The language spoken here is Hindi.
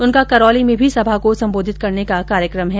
उनका करौली में भी सभा को सम्बोधित करने का कार्यक्रम है